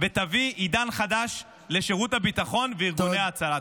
ותביא עידן חדש לשירות הביטחון וארגוני ההצלה.